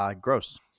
gross